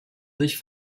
sich